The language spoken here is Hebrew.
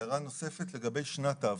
הערה נוספת לגבי שנת האבטלה: